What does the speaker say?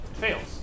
fails